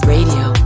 Radio